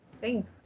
Thanks